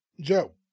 Joe